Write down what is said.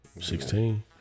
Sixteen